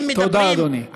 תודה, אדוני.